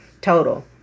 total